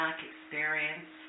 experience